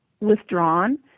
withdrawn